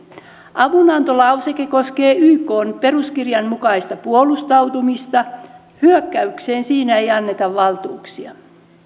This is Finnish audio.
avunantolauseke koskee ykn peruskirjan mukaista puolustautumista hyökkäykseen siinä ei anneta valtuuksia